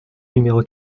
numéro